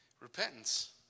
repentance